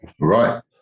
Right